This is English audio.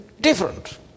different